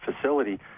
facility